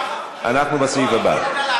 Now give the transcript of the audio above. אנחנו בסעיף הבא,